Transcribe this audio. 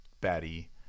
batty